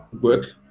work